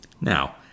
Now